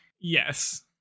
yes